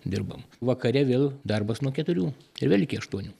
dirbam vakare vėl darbas nuo keturių ir vėl iki aštuonių